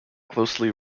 closely